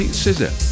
Scissor